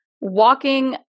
walking